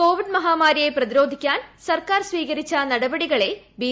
Covid മഹാമാരിയെ പ്രതിരോധിക്കാൻ സർക്കാർ സ്വീകരിച്ച നടപടികളെ ബി